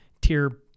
tier